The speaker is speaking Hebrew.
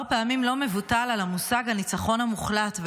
פעמים לא מבוטל על המושג "הניצחון המוחלט",